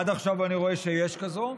עד עכשיו אני רואה שיש כזו.